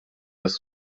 das